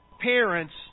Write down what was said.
parents